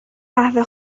قهوه